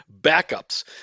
backups